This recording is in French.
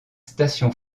station